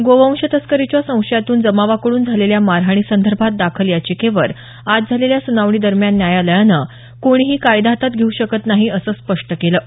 गोवंश तस्करीच्या संशयातून जमावा कडून झालेल्या मारहाणींसंदर्भात दाखल याचिकेवर आज झालेल्या सुनावणी दरम्यान न्यायालयानं कोणीही कायदा हातात घेऊ शकत नाहीत असं स्पष्ट केलं आहे